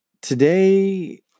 today